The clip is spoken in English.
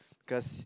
because